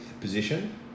position